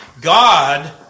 God